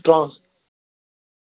ત્રણ